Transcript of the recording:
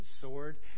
sword